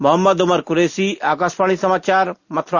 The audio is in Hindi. मोहम्मद उमर कुरैशी आकाशवाणी समाचार मथुरा